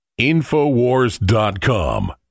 Infowars.com